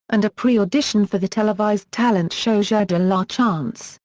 and a pre-audition for the televised talent show jeu de la chance,